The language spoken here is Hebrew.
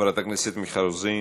חברת הכנסת מיכל רוזין,